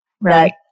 Right